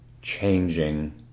changing